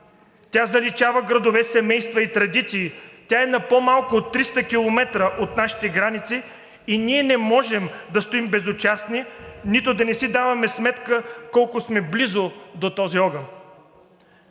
тя заличава градове, семейства и традиции, тя е на по-малко от 300 км от нашите граници и ние не можем да стоим безучастни, нито да не си даваме сметка колко сме близо до този огън!